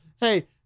Hey